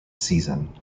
season